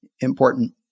important